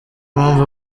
mpamvu